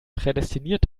prädestiniert